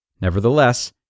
Nevertheless